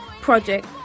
project